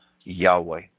Yahweh